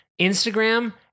Instagram